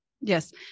Yes